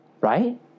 Right